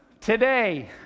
today